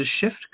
shift